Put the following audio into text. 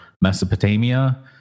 Mesopotamia